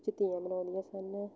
ਵਿੱਚ ਤੀਆਂ ਮਨਾਉਂਦੀਆਂ ਸਨ